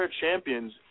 champions